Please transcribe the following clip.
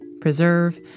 preserve